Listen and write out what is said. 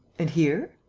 and here?